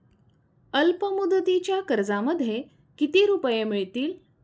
अल्पमुदतीच्या कर्जामध्ये किती रुपये मिळतील?